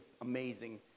amazing